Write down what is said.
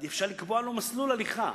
אפשר לקבוע לו מסלול הליכה,